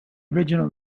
original